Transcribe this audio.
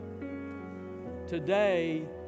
Today